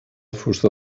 fusta